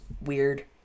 weird